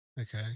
Okay